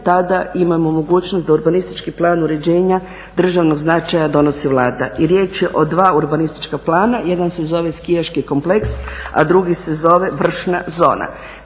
tada imamo mogućnost da urbanistički plan uređenja državnog značaja donosi Vlada. I riječ je o dva urbanistička plana, jedan se zove skijaški kompleks, a drugi se zove vršna zona.